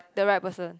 the right person